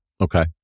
okay